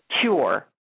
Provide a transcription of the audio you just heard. cure